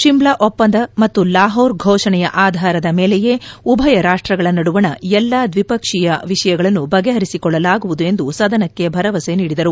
ಶಿಮ್ಲಾ ಒಪ್ಪಂದ ಮತ್ತು ಲಾಹೋರ್ ಘೋಷಣೆಯ ಆಧಾರದ ಮೇಲೆಯೇ ಉಭಯ ರಾಷ್ಟಗಳ ನಡುವಣ ಎಲ್ಲಾ ದ್ವಿಪಕ್ಷೀಯ ವಿಷಯಗಳನ್ನು ಬಗೆಹರಿಸಿಕೊಳ್ಳಲಾಗುವುದು ಎಂದು ಸದನಕ್ಕೆ ಭರವಸೆ ನೀಡಿದರು